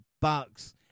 Bucks